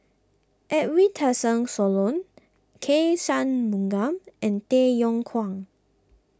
Edwin Tessensohn K Shanmugam and Tay Yong Kwang